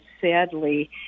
sadly